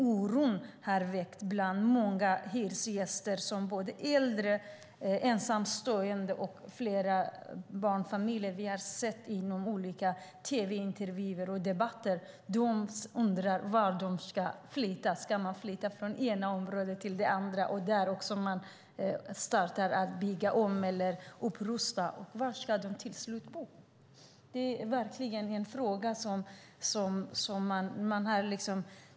Oro har väckts bland många hyresgäster, äldre, ensamstående och barnfamiljer. Det har vi hört i olika tv-intervjuer och debatter. Vart ska de flytta? Ska de flytta från det ena området till det andra? Kanske börjar det rustas upp eller byggas om även där. Var ska de till slut bo? Det är frågan.